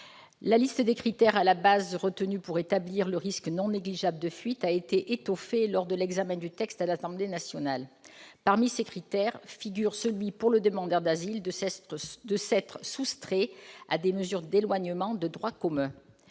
La liste des critères initialement retenus pour établir le risque non négligeable de fuite a été étoffée lors de l'examen de la proposition de loi par l'Assemblée nationale. Parmi les critères prévus figure le fait pour le demandeur d'asile de s'être soustrait à des mesures d'éloignement de droit commun.